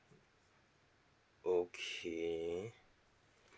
okay